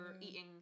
eating